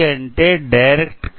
C అంటే direct current